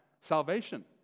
salvation